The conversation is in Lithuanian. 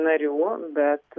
narių bet